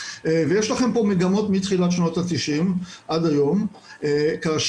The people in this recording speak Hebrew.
ויש לכם פה מגמות מתחילת שנות ה-90 עד היום כאשר,